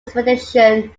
expedition